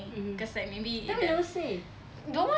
mmhmm then why you never say